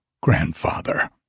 grandfather